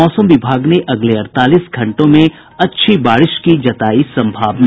मौसम विभाग ने अगले अड़तालीस घंटों में अच्छी बारिश की जतायी संभावना